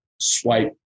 swipe